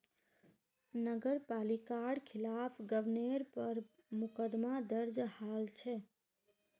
नगर पालिकार खिलाफ गबनेर पर मुकदमा दर्ज हल छ